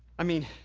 i mean,